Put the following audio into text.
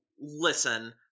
listen